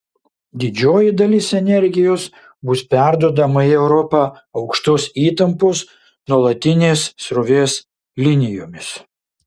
didžioji dalis energijos bus perduodama į europą aukštos įtampos nuolatinės srovės linijomis